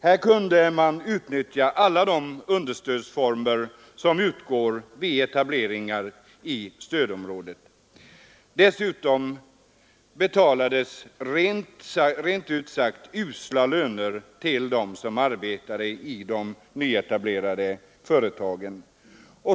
Här kunde företagen utnyttja alla de understödsformer som utgår vid etableringar i stödområdet. Dessutom betalades rent ut sagt usla löner till dem som arbetade i de nyetablerade företagen.